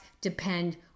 depend